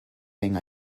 thing